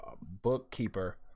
bookkeeper